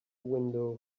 window